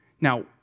Now